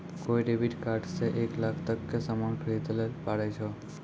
कोय debit card से एक लाख तक के सामान खरीदैल पारै छो